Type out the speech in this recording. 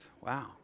Wow